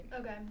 Okay